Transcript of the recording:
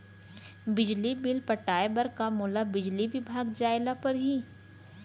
बिजली बिल पटाय बर का मोला बिजली विभाग जाय ल परही?